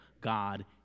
God